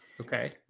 Okay